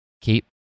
keep